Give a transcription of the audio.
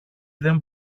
δεν